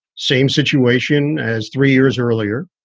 same situation as three years earlier.